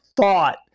thought